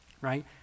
right